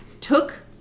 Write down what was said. took